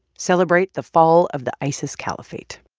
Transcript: celebrate the fall of the isis caliphate.